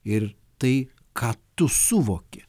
ir tai ką tu suvoki